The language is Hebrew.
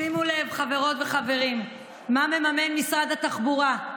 שימו לב, חברות וחברים, מה מממן משרד התרבות.